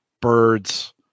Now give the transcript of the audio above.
birds